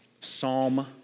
psalm